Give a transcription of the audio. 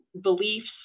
beliefs